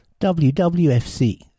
WWFC